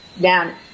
down